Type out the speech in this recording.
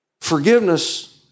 Forgiveness